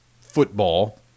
football